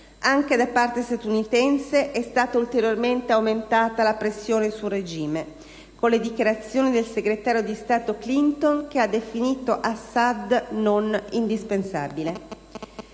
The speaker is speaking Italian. Anche da parte statunitense è stata ulteriormente aumentata la pressione sul regime, con le dichiarazioni del segretario di Stato Clinton, che ha definito Assad «non indispensabile».